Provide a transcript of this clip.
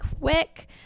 quick